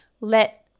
let